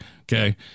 Okay